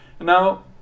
Now